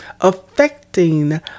affecting